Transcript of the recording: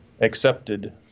accepted